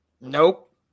Nope